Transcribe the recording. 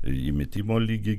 įmitimo lygį